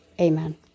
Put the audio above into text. Amen